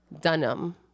Dunham